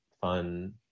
fun